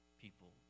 people